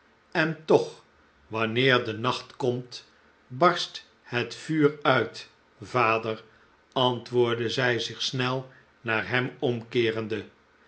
en toch wanneer de nacht komt barst het vuur uit vader antwoordde zij zich snel naar hem omkeerende